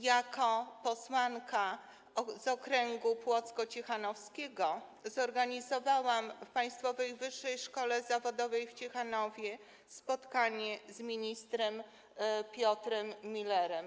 Jako posłanka z okręgu płocko-ciechanowskiego zorganizowałam w Państwowej Wyższej Szkole Zawodowej w Ciechanowie spotkanie z ministrem Piotrem Müllerem.